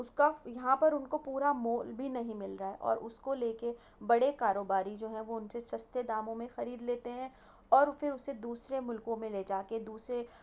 اس کا یہاں پر ان کو پورا مول بھی نہیں مل رہا ہے اور اس کو لے کے بڑے کاروباری جو ہیں وہ ان سے سستے داموں میں خرید لیتے ہیں اور پھر اسے دوسرے ملکوں میں لے جا کے دوسرے